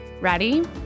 Ready